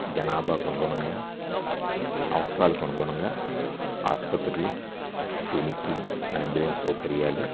జనాభా కొనుగొణంగా అవసరాలు కొనుగొణంగా ఆసుపత్రులు క్లినిక్లు అయాంబులెన్స్ సౌకర్యాలు